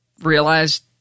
realized